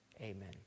amen